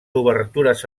obertures